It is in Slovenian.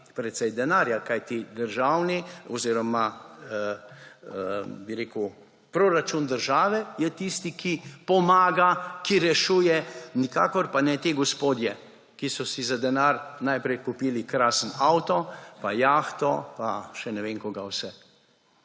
precej denarja, kajti proračun države je tisti, ki pomaga, ki rešuje, nikakor pa ne ti gospodje, ki so si za denar najprej kupili krasen avto, pa jahto pa še ne vem, kaj vse.